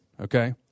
okay